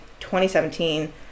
2017